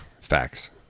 Facts